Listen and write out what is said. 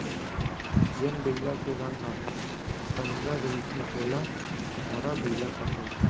जेन बइला के रंग ह पंडरा रहिथे ओला धंवरा बइला कथें